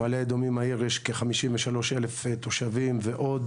במעלה אדומים העיר יש כ-53,000 תושבים ועוד